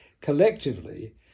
collectively